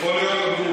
יכול להיות,